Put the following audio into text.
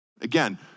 Again